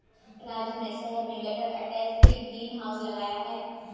राजू ने शहर में गटर अटैच्ड ग्रीन हाउस लगाया है